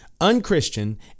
Unchristian